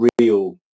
real